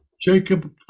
jacob